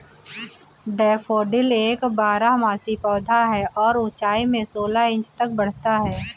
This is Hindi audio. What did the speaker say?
डैफोडिल एक बारहमासी पौधा है और ऊंचाई में सोलह इंच तक बढ़ता है